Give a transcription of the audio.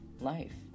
life